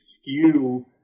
skew